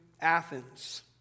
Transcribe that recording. Athens